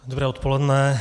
Dobré odpoledne.